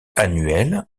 annuelle